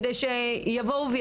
כדי שיבואו,